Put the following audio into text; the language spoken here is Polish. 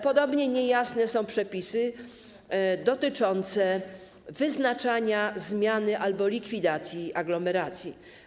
Podobnie niejasne są przepisy dotyczące wyznaczania zmiany albo likwidacji aglomeracji.